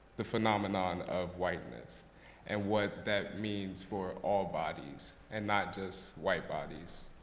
the phenomenon of whiteness and what that means for all bodies, and not just white bodies.